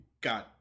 god